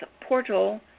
portal